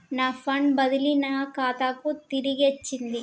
నా ఫండ్ బదిలీ నా ఖాతాకు తిరిగచ్చింది